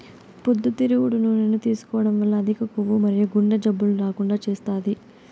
పొద్దుతిరుగుడు నూనెను తీసుకోవడం వల్ల అధిక కొవ్వు మరియు గుండె జబ్బులను రాకుండా చేస్తాది